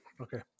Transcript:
Okay